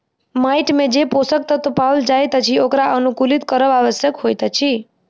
माइट मे जे पोषक तत्व पाओल जाइत अछि ओकरा अनुकुलित करब आवश्यक होइत अछि